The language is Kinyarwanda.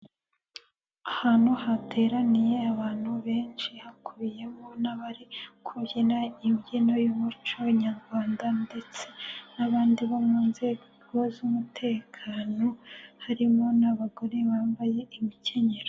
Ahantu hateraniye abantu benshi, hakubiyemo n'abari kubyina imbyino y'umuco nyarwanda ndetse n'abandi bo mu nzego z'umutekano, harimo n'abagore bambaye imikenyero.